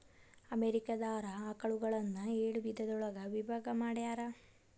America ದಾರ ಆಕಳುಗಳನ್ನ ಏಳ ವಿಧದೊಳಗ ವಿಭಾಗಾ ಮಾಡ್ಯಾರ